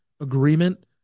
agreement